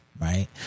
Right